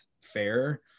fair